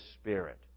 Spirit